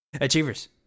Achievers